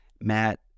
Matt